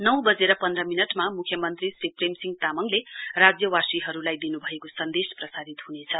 नौ वजेर पन्ध मिन्टमा मुख्यमन्त्री श्री प्रेमसिहं तामाङले राज्यवासीहरुलाई दिनुभएको सन्देश प्रसारित हुनेछ